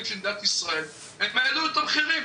של מדינת ישראל הם העלו את המחירים,